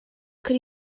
could